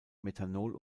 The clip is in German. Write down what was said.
methanol